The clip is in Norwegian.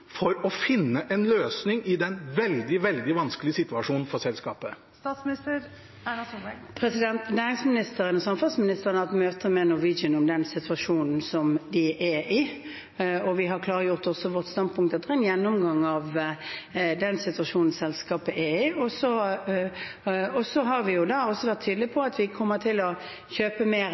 for å finne en løsning i den veldig, veldig vanskelige situasjonen for selskapet? Næringsministeren og samferdselsministeren har hatt møter med Norwegian om den situasjonen de er i, og vi har også klargjort vårt standpunkt etter en gjennomgang av den situasjonen selskapet er i. Vi har også vært tydelige på at vi kommer til å kjøpe